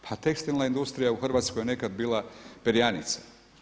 Pa tekstilna industrija u Hrvatskoj je nekad bila perjanica.